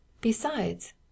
Besides